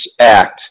Act